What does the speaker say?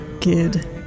kid